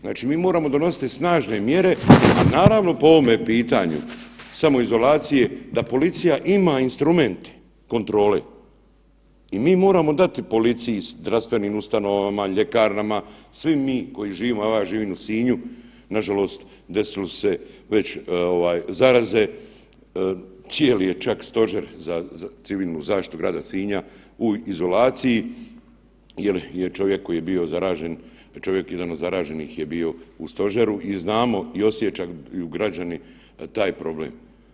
Znači mi moramo donositi snažne mjere i naravno po ovome pitanju samoizolaciji da policija ima instrumente kontrole i mi moramo dati policiji, zdravstvenim ustanovama, ljekarnama, svi mi koji živimo, a ja živim u Sinju, nažalost, desilo se već zaraze, cijeli je čak Stožer za civilnu zaštitu grada Sinja u izolaciji jer je čovjek koji je bio zaražen, čovjek jedan od zaraženih je bio u stožeru i znamo i osjećaju građani taj problem.